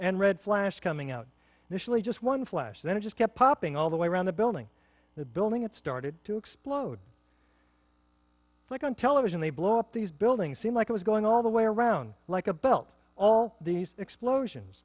and red flash coming out initially just one flash then it just kept popping all the way around the building the building it started to explode like on television they blow up these buildings seem like it was going all the way around like a belt all these